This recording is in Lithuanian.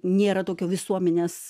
nėra tokio visuomenės